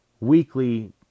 Weekly